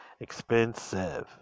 expensive